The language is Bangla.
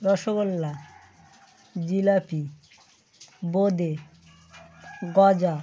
রসগোল্লা জিলিপি বোঁদে গজা